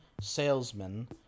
salesman